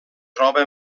troba